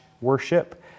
worship